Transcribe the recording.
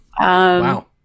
Wow